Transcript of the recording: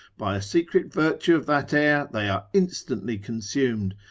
by a secret virtue of that air they are instantly consumed,